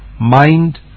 mind